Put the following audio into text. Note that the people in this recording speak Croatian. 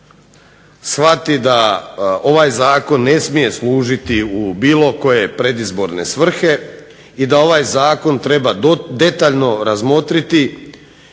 shvati da ovaj zakon ne smije služiti u bilo koje predizborne svrhe i da ovaj zakon treba detaljno razmotriti